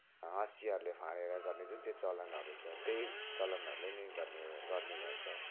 हँसियाहरूले फाँडेर गर्ने जुन चाहिँ चलनहरू छ त्यही चलनहरूले नै गर्ने गर्ने गर्छ